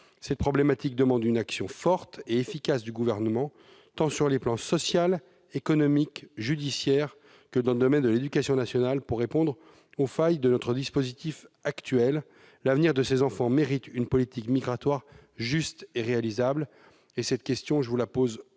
Cette problématique demande une action forte et efficace du Gouvernement, tant sur les plans social, économique et judiciaire que dans le domaine de l'éducation nationale, pour répondre aux failles de notre dispositif actuel. L'avenir de ces enfants mérite une politique migratoire juste et réalisable. Madame la ministre, je vous interroge au nom